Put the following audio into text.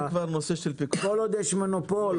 כמו שנאמר,